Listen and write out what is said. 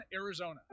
Arizona